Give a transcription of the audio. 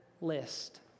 list